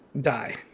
die